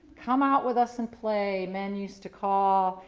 come out with us and play, men used to call,